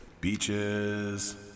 Beaches